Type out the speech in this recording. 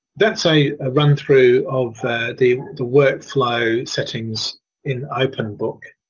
thats a run through of the the workflow settings in openbook.